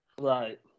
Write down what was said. Right